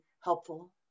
helpful